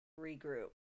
regroup